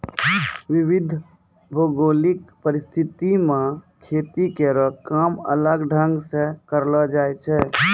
विविध भौगोलिक परिस्थिति म खेती केरो काम अलग ढंग सें करलो जाय छै